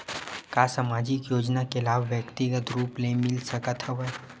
का सामाजिक योजना के लाभ व्यक्तिगत रूप ले मिल सकत हवय?